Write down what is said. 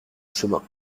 chemin